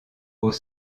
aux